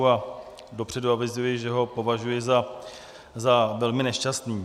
A dopředu avizuji, že ho považuji za velmi nešťastný.